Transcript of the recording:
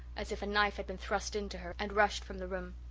as if a knife had been thrust into her, and rushed from the room.